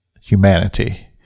humanity